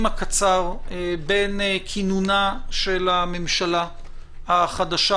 הקצר בין כינונה של הממשלה החדשה,